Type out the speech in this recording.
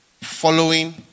following